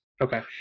okay